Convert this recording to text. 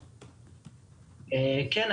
כן,